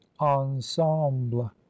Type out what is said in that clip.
ensemble